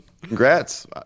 Congrats